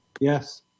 Yes